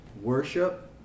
worship